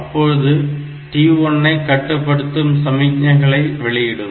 அப்போது t1 ஐ கட்டுப்படுத்தும் சமிக்ஞைகளை வெளியிடும்